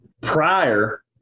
prior